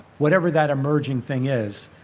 whatever that emerging thing is,